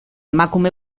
emakume